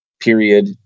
Period